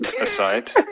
aside